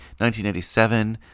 1987